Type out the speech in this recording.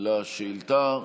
על השאילתה.